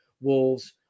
Wolves